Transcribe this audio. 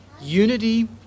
Unity